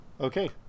Okay